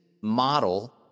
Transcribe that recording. model